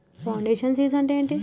Foundation seeds అంటే ఏంటి?